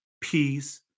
peace